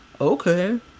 okay